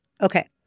Okay